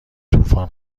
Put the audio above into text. طوفان